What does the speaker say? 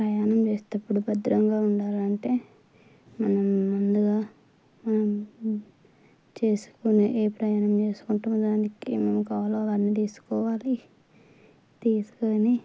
ప్రయాణం చేసేటప్పుడు భద్రంగా ఉండాలంటే మనం ముందుగా మనం చేసుకునే ఏ ప్రయాణం చేసుకుంటామో దానికి ఏమేమి కావాలో అవన్నీ తీసుకోవాలి తీసుకుని